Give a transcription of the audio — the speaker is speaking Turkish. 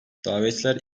davetler